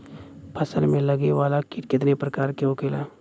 फसल में लगे वाला कीट कितने प्रकार के होखेला?